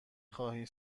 خواهی